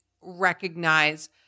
recognize